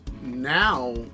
now